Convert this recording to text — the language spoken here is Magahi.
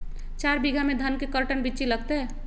चार बीघा में धन के कर्टन बिच्ची लगतै?